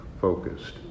focused